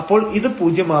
അപ്പോൾ ഇത് പൂജ്യമാവും